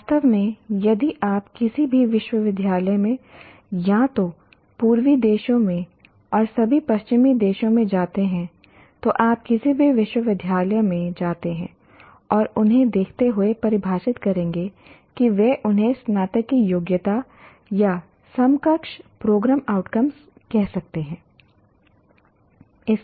वास्तव में यदि आप किसी भी विश्वविद्यालय में या तो पूर्वी देशों में और सभी पश्चिमी देशों में जाते हैं तो आप किसी भी विश्वविद्यालय में जाते हैं और उन्हें देखते हुए परिभाषित करेंगे कि वे उन्हें स्नातक की योग्यता या समकक्ष प्रोग्राम आउटकम्स कह सकते हैं